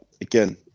again